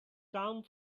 come